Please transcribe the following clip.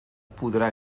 podrà